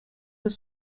were